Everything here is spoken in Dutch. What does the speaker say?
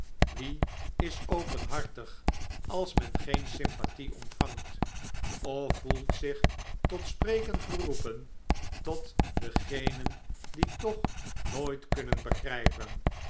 wie is openhartig als mep geen sympathie ontvangt of voelt zich tot spreken geroepen tot degenen die toch nooit kunnen begrijpen